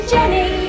Jenny